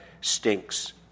stinks